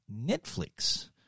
Netflix